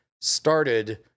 started